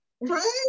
Right